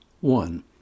One